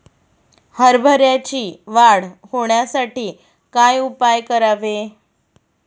हरभऱ्याची वाढ होण्यासाठी काय उपाय करावे?